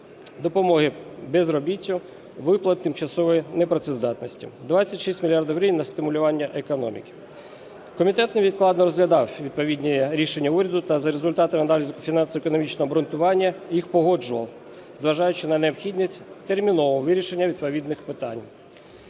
допомоги безробіттю, виплат тимчасової непрацездатності. 26 мільярдів гривень – на стимулювання економіки. Комітет невідкладно розглядав відповідні рішення уряду та за результатами аналізу фінансово-економічного обґрунтування їх погоджував, зважаючи на необхідність термінового вирішення відповідних питань.